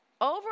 over